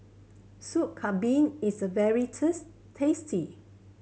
Soup Kambing is very tasty